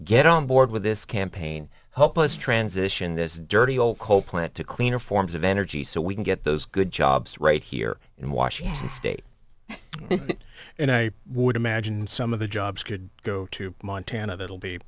get on board with this campaign help us transition this dirty old coal plant to cleaner forms of energy so we can get those good jobs right here in washington state and i would imagine some of the jobs could go to montana that will be